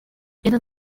eran